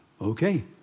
Okay